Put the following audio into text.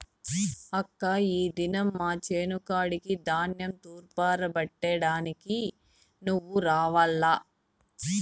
అక్కా ఈ దినం మా చేను కాడికి ధాన్యం తూర్పారబట్టే దానికి నువ్వు రావాల్ల